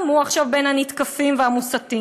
גם הוא עכשיו בין הנתקפים והמוסתים.